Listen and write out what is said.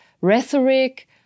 rhetoric